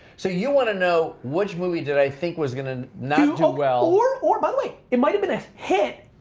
so you wanna know, which movie did i think was gonna not do well or or by the way, it might have been a hit.